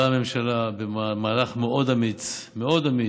באה הממשלה ובמהלך מאוד אמיץ, מאוד אמיץ,